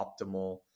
optimal